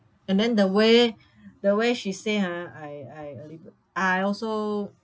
and then the way the way she say ah I I a little I also